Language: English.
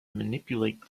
manipulate